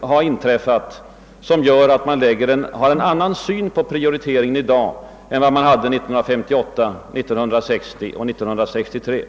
ha inträffat som gör att man har en annan syn på prioriteringen i dag än man hade 1958, 1960 och 1963.